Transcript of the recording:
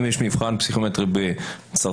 אם יש מבחן פסיכומטרי בצרפתית,